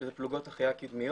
שזה פלוגות החייאה קדמיות,